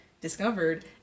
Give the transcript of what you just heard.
discovered